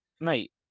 Mate